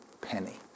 penny